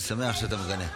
אני שמח שאתה מגנה.